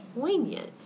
poignant